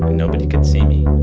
nobody could see me.